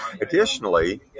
additionally